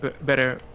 better